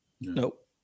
Nope